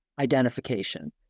identification